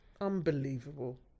unbelievable